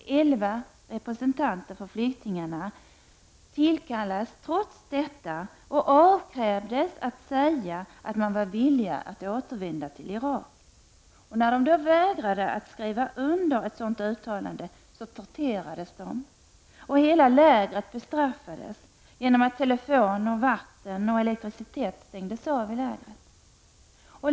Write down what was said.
Elva representanter för flyktingarna tillkallades trots detta och avkrävdes att säga att de var villiga att återvända till Irak. När de vägrade skriva under ett sådant uttalande torterades de och hela lägret bestraffades genom att telefon, vatten och elektricitet stängdes av.